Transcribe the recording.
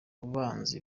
banzi